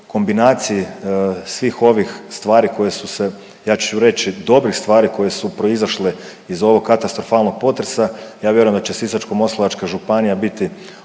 kombinacije svih ovih stvari koje su se ja ću reći dobrih stvari koje su proizašle iz ovog katastrofalnog potresa. Ja vjerujem da će Sisačko-moslavačka županija biti